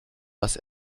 was